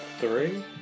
three